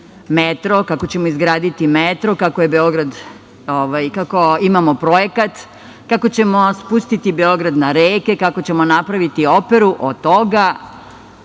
kako ćemo izgraditi metro, kako imamo projekat, kako ćemo spustiti Beograd na reke, kako ćemo napraviti operu, a od toga